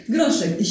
Groszek